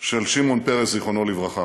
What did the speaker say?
של שמעון פרס, זיכרונו לברכה.